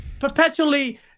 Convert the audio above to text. perpetually